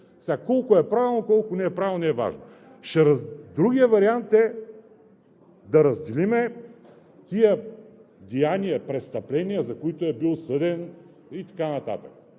Колко е правилно, колко не е правилно – не е важно. Другият вариант е да разделим тези деяния, престъпления, за които е бил съден. Но тези